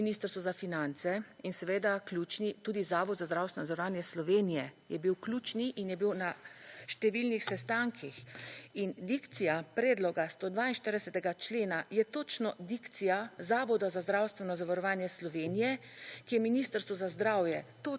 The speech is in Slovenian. Ministrstvu za finance in seveda ključni, tudi Zavod za zdravstveno zavarovanje Slovenije, je bil ključni in je bil na številnih sestankih in dikcija predloga 142. člena je točno dikcija Zavoda za zdravstveno zavarovanje Slovenije, ki je Ministrstvu za zdravje